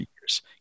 years